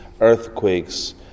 earthquakes